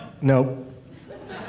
Nope